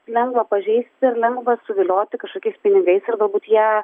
lengva pažeisti ir lengva suvilioti kažkokiais pinigais ir galbūt jie